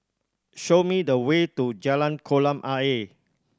show me the way to Jalan Kolam Ayer